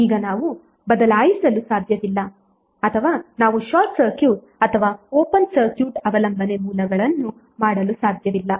ಈಗ ನಾವು ಬದಲಾಯಿಸಲು ಸಾಧ್ಯವಿಲ್ಲ ಅಥವಾ ನಾವು ಶಾರ್ಟ್ ಸರ್ಕ್ಯೂಟ್ ಅಥವಾ ಓಪನ್ ಸರ್ಕ್ಯೂಟ್ ಅವಲಂಬನೆ ಮೂಲಗಳನ್ನು ಮಾಡಲು ಸಾಧ್ಯವಿಲ್ಲ